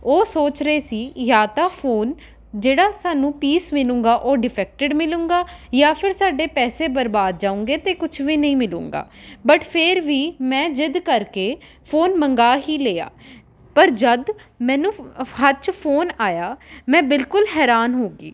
ਉਹ ਸੋਚ ਰਹੇ ਸੀ ਯਾ ਤਾਂ ਫੋਨ ਜਿਹੜਾ ਸਾਨੂੰ ਪੀਸ ਮਿਲੂਗਾ ਉਹ ਡਿਫੈਕਟਿਡ ਮਿਲੂਂਗਾ ਯਾ ਫਿਰ ਸਾਡੇ ਪੈਸੇ ਬਰਬਾਦ ਜਾਊਂਗੇ ਅਤੇ ਕੁਝ ਵੀ ਨਹੀਂ ਮਿਲੂਂਗਾ ਬਟ ਫਿਰ ਵੀ ਮੈਂ ਜਿੱਦ ਕਰਕੇ ਫੋਨ ਮੰਗਾ ਹੀ ਲਿਆ ਪਰ ਜਦ ਮੈਨੂੰ ਫ਼ ਹੱਥ ਚ ਫ਼ੋਨ ਆਇਆ ਮੈਂ ਬਿਲਕੁਲ ਹੈਰਾਨ ਹੋ ਗਈ